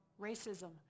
Racism